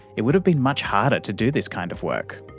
it would have been much harder to do this kind of work.